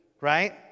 right